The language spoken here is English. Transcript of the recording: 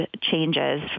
changes